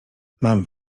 mam